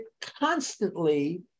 constantly